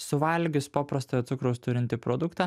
suvalgius paprastojo cukraus turintį produktą